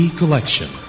collection